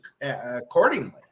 accordingly